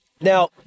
Now